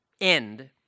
end